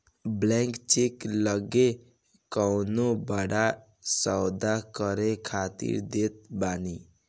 blank cheque लोग कवनो बड़ा सौदा करे खातिर देत बाने